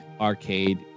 arcade